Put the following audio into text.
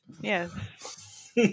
Yes